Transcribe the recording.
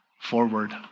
forward